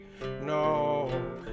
No